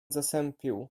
zasępił